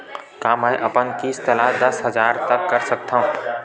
का मैं अपन किस्त ला दस साल तक कर सकत हव?